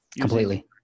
Completely